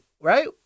right